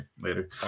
Later